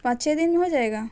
پانچ چھ دن میں ہو جائے گا